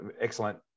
excellent